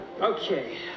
Okay